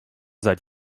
seit